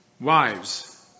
Wives